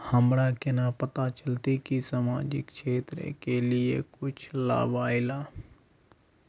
हमरा केना पता चलते की सामाजिक क्षेत्र के लिए कुछ लाभ आयले?